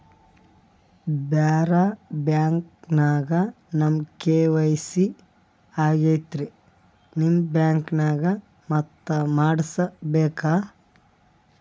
ಬ್ಯಾರೆ ಬ್ಯಾಂಕ ನ್ಯಾಗ ನಮ್ ಕೆ.ವೈ.ಸಿ ಆಗೈತ್ರಿ ನಿಮ್ ಬ್ಯಾಂಕನಾಗ ಮತ್ತ ಮಾಡಸ್ ಬೇಕ?